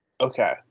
Okay